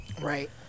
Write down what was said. Right